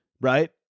right